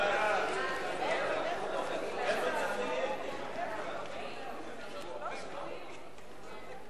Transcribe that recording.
חוק הליכי תכנון ובנייה להאצת הבנייה למגורים (הוראת שעה),